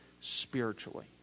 spiritually